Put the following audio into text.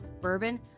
bourbon